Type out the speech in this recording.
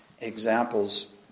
examples